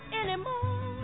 anymore